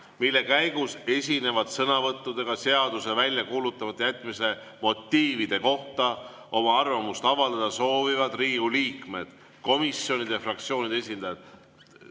mille käigus esinevad sõnavõttudega seaduse välja kuulutamata jätmise motiivide kohta oma arvamust avaldada soovivad Riigikogu liikmed, komisjonide ja fraktsioonide esindajad.